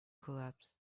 collapsed